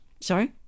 Sorry